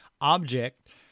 object